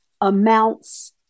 amounts